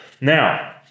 now